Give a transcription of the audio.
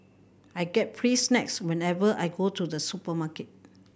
I get free snacks whenever I go to the supermarket